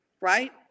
right